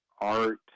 art